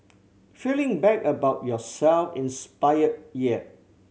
feeling bad about yourself inspired yet